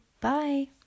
Bye